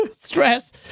stress